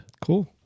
Cool